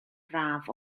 braf